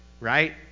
right